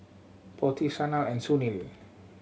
Potti Sanal and Sunil